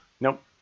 Nope